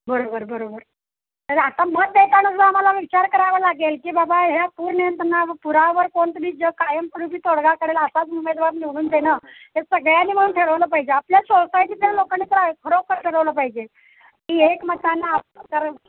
बरोबर बरोबर तर आता मत देताना सुद्धा आम्हाला विचार करावा लागेल की बाबा ह्या पूर नियंत्रणा पुरावर कोणतरी जर कायमस्वरूपी तोडगा काढेल असाच उमेदवार निवडून देणं ते सगळ्यांनी मिळून ठरवलं पाहिजे आपल्या सोसायटीतल्या लोकांनी तर खरोखर ठरवलं पाहिजे की एकमतानं तर